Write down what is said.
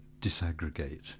disaggregate